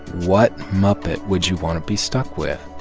what muppet would you want to be stuck with?